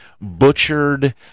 butchered